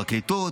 הפרקליטות,